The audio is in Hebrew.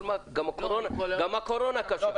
אבל גם הקורונה קשה.